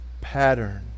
pattern